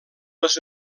les